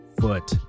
foot